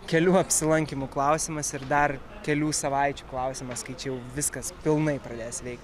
kelių apsilankymų klausimas ir dar kelių savaičių klausimas kai čia jau viskas pilnai pradės veikti